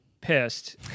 pissed